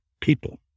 people